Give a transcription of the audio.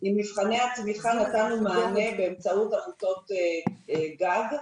עם מבחני התמיכה נתנו מענה באמצעות עמותות גג.